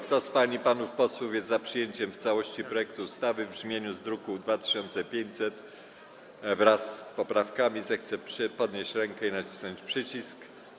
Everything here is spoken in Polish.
Kto z pań i panów posłów jest za przyjęciem w całości projektu ustawy w brzmieniu z druku nr 2500, wraz z przyjętymi poprawkami, zechce podnieść rękę i nacisnąć przycisk.